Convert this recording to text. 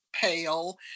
pale